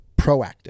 proactive